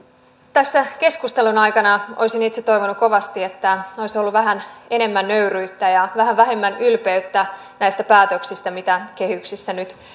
tässä keskustelun aikana olisin itse toivonut kovasti että olisi ollut vähän enemmän nöyryyttä ja vähän vähemmän ylpeyttä näistä päätöksistä mitä kehyksissä nyt